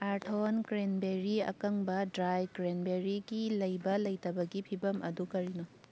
ꯑꯥꯔꯊꯣꯟ cranberry ꯑꯀꯪꯕ dry ꯀ꯭ꯔꯦꯟꯕꯦꯔꯤꯒꯤ ꯂꯩꯕ ꯂꯩꯇꯕꯒꯤ ꯐꯤꯕꯝ ꯑꯗꯨ ꯀꯔꯤꯅꯣ